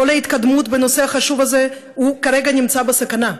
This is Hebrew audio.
כל ההתקדמות בנושא החשוב הזה כרגע נמצאת בסכנה.